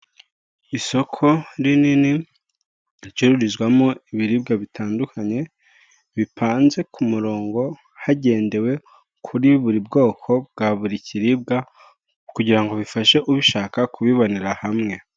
Isoko rinini ricururizwamo ibiribwa bitandukanye, bipanze ku murongo hagendewe kuri buri bwoko bwa buri kiribwa, kugira ngo bifashe ubishaka kubibonera hamwe.